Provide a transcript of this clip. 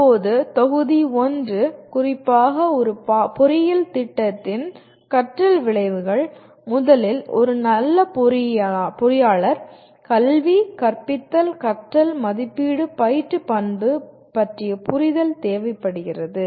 இப்போது தொகுதி 1 குறிப்பாக ஒரு பொறியியல் திட்டத்தின் கற்றல் விளைவுகள் முதலில் ஒரு நல்ல பொறியாளர் கல்வி கற்பித்தல் கற்றல் மதிப்பீடு பயிற்று பண்பு பற்றிய புரிதல் தேவைப்படுகிறது